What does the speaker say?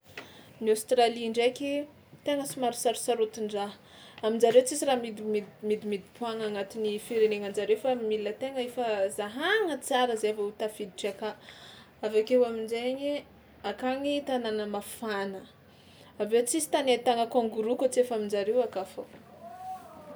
Ny Australie ndraiky tegna somary sarosarotin-draha, amin-jareo tsisy raha midimidi- midimidi-poagna agnatin'ny firenenan-jare fa mila tegna efa zahagna tsara zay vao tafiditra aka, avy akeo amin-jaigny akagny tanàna mafana, avy eo tsisy tany ahitana kangoroa kôa tsy efa amin-jareo aka fao.